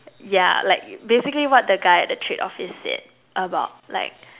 yeah like basically what the guy at the trade office said about like